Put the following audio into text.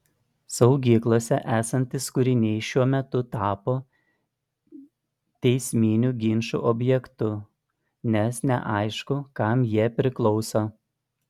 saugyklose esantys kūriniai šiuo metu tapo teisminių ginčų objektu nes neaišku kam jie priklauso